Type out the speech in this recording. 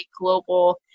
global